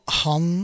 han